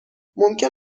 ممکن